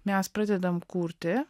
mes pradedam kurti